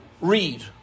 Read